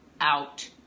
out